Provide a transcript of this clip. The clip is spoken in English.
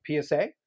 PSA